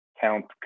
counts